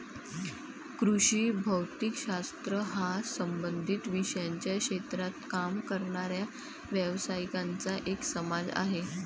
कृषी भौतिक शास्त्र हा संबंधित विषयांच्या क्षेत्रात काम करणाऱ्या व्यावसायिकांचा एक समाज आहे